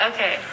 Okay